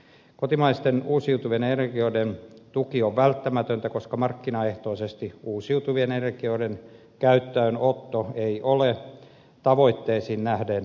kotimaisten uusiutuvien energioiden tuki on välttämätöntä koska markkinaehtoisesti uusiutuvien energioiden käyttöönotto ei ole tavoitteisiin nähden mahdollista